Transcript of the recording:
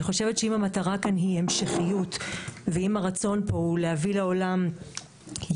אני חושבת שאם המטרה כאן היא המשכיות ואם הרצון פה הוא להביא לעולם ילד